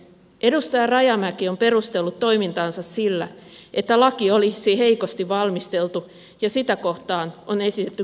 edustaja rajamäki on perustellut toimintaansa sillä että laki olisi heikosti valmisteltu ja sitä kohtaan on esitetty kritiikkiä